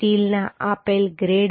સ્ટીલના આપેલ ગ્રેડ માટે fcd મૂલ્ય